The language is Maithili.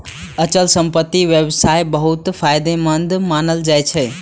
अचल संपत्तिक व्यवसाय बहुत फायदेमंद मानल जाइ छै